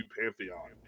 pantheon